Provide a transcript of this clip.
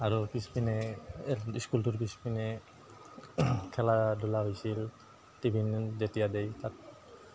আৰু পিছপিনে স্কুলটোৰ পিছপিনে খেলা ধূলা হৈছিল টিফিন যেতিয়া দেই তাত